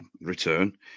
return